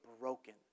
broken